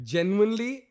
Genuinely